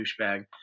douchebag